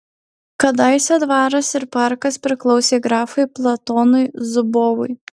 kadaise dvaras ir parkas priklausė grafui platonui zubovui